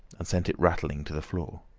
and sent it rattling to the floor.